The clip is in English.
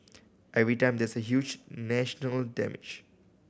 every time there is a huge national damage